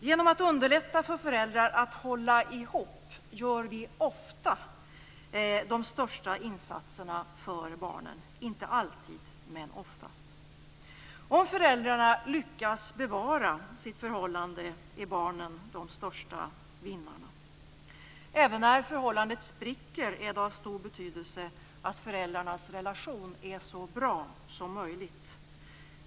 Genom att underlätta för föräldrar att hålla ihop gör vi ofta de största insatserna för barnen - inte alltid, men oftast. Om föräldrarna lyckas bevara sitt förhållande är barnen de största vinnarna. Även när förhållanden spricker är det av stor betydelse att föräldrarnas relation är så bra som möjligt.